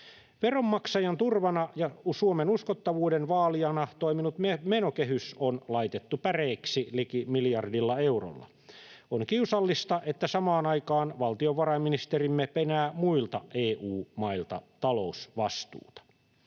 Veronmaksajan turvana ja Suomen uskottavuuden vaalijana toiminut menokehys on laitettu päreiksi liki miljardilla eurolla. On kiusallista, että samaan aikaan valtiovarainministerimme penää muilta EU-mailta talousvastuuta.